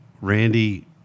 Randy